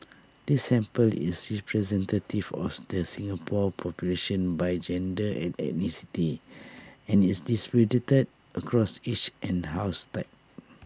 the sample is representative of the Singapore population by gender and ethnicity and is distributed across age and housing type